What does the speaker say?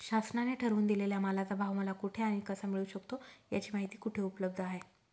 शासनाने ठरवून दिलेल्या मालाचा भाव मला कुठे आणि कसा मिळू शकतो? याची माहिती कुठे उपलब्ध आहे?